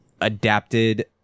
adapted